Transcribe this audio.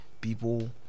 People